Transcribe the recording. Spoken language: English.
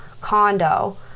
condo